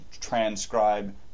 transcribe